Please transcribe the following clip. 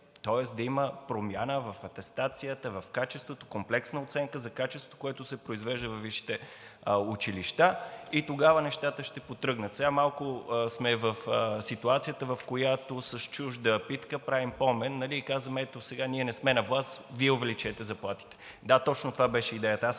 тоест да има промяна в атестацията, в качеството, комплексна оценка за качеството, което се произвежда във висшите училища, и тогава нещата ще потръгнат. Сега малко сме в ситуацията, в която с чужда питка правим помен, и казваме: ето, сега ние не сме на власт, Вие увеличете заплатите. Да, точно това беше идеята,